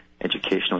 educational